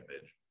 image